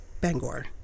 Bangor